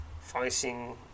facing